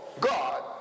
God